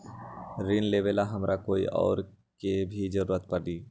ऋन लेबेला हमरा कोई और के भी जरूरत परी?